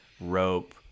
rope